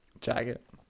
Jacket